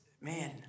man